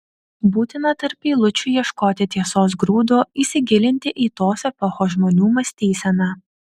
būtina tarp eilučių ieškoti tiesos grūdo įsigilinti į tos epochos žmonių mąstyseną